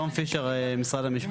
תום פישר, משרד המשפטים.